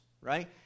right